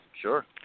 sure